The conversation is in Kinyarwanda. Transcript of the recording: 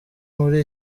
muri